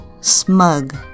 smug